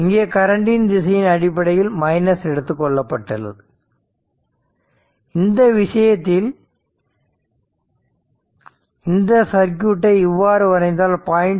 இங்கே கரண்டின் திசையின் அடிப்படையில் மைனஸ் எடுத்துக்கொள்ளப்பட்டது இந்த விஷயத்தில் இந்த சர்க்யூட்டை இவ்வாறு வரைந்தால் 0